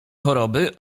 choroby